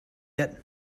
yet